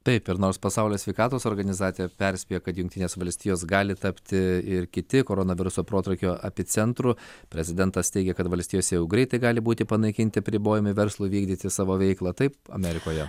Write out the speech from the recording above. taip ir nors pasaulio sveikatos organizacija perspėja kad jungtinės valstijos gali tapti ir kiti koronaviruso protrūkio epicentru prezidentas teigia kad valstijose jau greitai gali būti panaikinti apribojimai verslui vykdyti savo veiklą taip amerikoje